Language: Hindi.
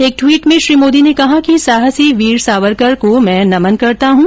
एक ट्वीट में श्री मोदी ने कहा कि साहसी वीर सावरकर को मैं नमन करता हूँ